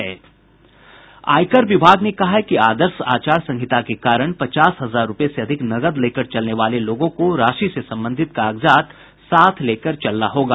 आयकर विभाग ने कहा है कि आदर्श आचार संहिता के कारण पचास हजार रूपये से अधिक नकद लेकर चलने वाले लोगों को राशि से संबंधित कागजात साथ लेकर चलना होगा